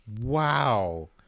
Wow